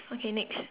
okay next